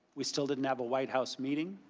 we still did not have a white house meeting.